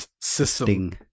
system